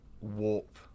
warp